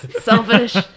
Selfish